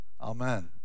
Amen